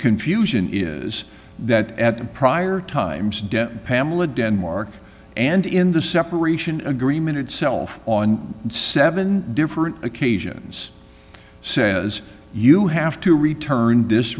confusion is that at a prior times debt pamela denmark and in the separation agreement itself on and seven different occasions says you have to return this